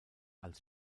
als